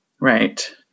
Right